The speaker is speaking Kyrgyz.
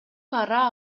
пара